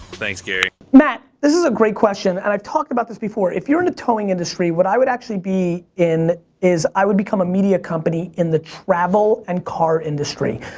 thanks gary. matt, this is a great question, and i've talked about this before. if you're in the towing industry, what i would actually be in is i would become a media company in the travel and car industry.